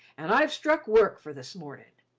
an i've struck work for this mornin'.